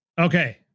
Okay